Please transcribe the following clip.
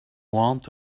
want